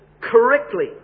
correctly